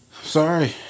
sorry